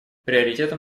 приоритетом